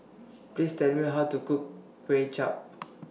Please Tell Me How to Cook Kway Chap